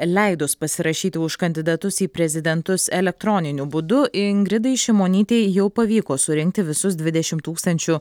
leidus pasirašyti už kandidatus į prezidentus elektroniniu būdu ingridai šimonytei jau pavyko surinkti visus dvidešimt tūkstančių